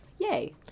yay